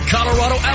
Colorado